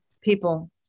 People